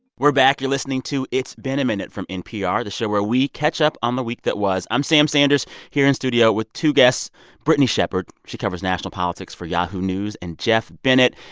we're back. you're listening to it's been a minute from npr, the show where we catch up on the week that was. i'm sam sanders here in studio with two guests brittany shepard, she covers national politics for yahoo news, and jeff bennett,